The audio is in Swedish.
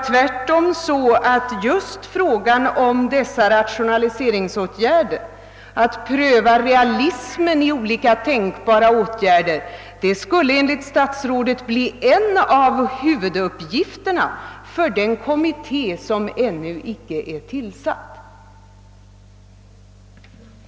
Tvärtom skulle en prövning av realismen i olika tänkbara rationaliseringsåtgärder enligt statsrådet bli en av huvuduppgifterna för den kommitté som ännu icke är tillsatt.